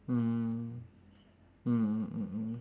mm mm mm mm